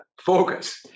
Focus